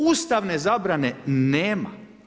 Ustavne zabrane nema.